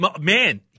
Man